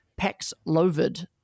Paxlovid